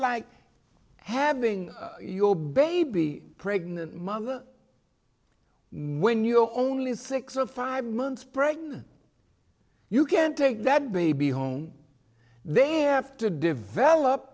like having your baby pregnant mother when you only six or five months pregnant you can take that baby home they have to develop